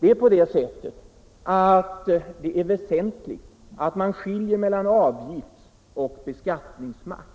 Det är väsentligt att man skiljer mellan avgifts och beskattningsmakt.